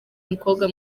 umukobwa